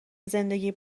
زندگی